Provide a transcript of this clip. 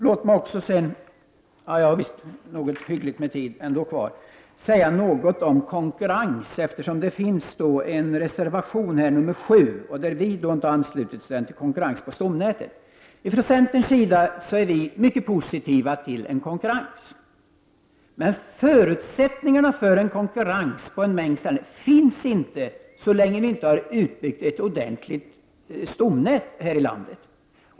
Låt mig också säga något om konkurrens, eftersom reservation nr 7 — som vi inte har anslutit oss till — handlar om konkurrens på stomnätet. Ifrån cen terns sida är vi mycket positiva till konkurrens. Det finns dock inte förutsättningar för konkurrens på en mängd ställen, så länge vi inte har byggt ut ett ordentligt stomnät här i landet.